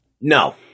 No